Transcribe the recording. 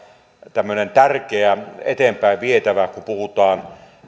tämmöinen tärkeä eteenpäinvietävä kun puhutaan